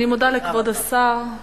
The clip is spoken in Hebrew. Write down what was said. תודה רבה.